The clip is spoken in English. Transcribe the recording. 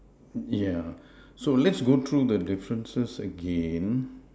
yeah so let's go through the differences again